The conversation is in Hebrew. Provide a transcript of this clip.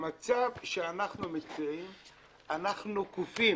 במצב שאנחנו מציעים אנחנו כופים,